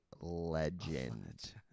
legend